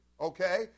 Okay